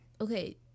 Okay